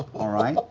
all right?